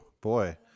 boy